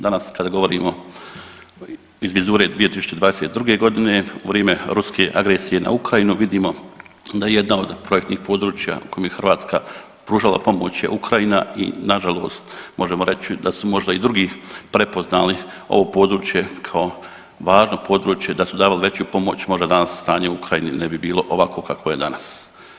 Danas kada govorimo iz vizure 2022. godine u vrijeme ruske agresije na Ukrajinu vidimo da jedno od projektnih područja u kojem je Hrvatska pružala pomoć je Ukrajina i nažalost možemo reći da su možda i drugi prepoznali ovo područje kao važno područje, da su davali veću pomoć možda danas stanje u Ukrajini ne bi bilo ovakvo kakvo je danas.